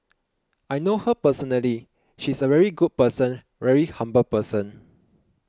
I know her personally she's a very good person very humble person